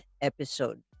episode